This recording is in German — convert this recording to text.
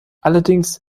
allerdings